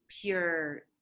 pure